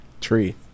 tree